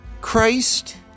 Christ